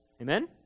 Amen